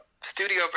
studio